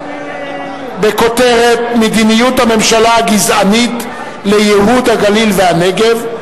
בכותרת: מדיניות הממשלה הגזענית לייהוד הגליל והנגב,